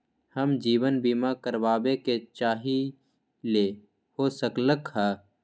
हम जीवन बीमा कारवाबे के चाहईले, हो सकलक ह?